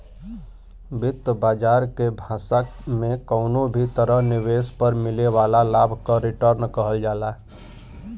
वित्त बाजार के भाषा में कउनो भी तरह निवेश पर मिले वाला लाभ क रीटर्न कहल जाला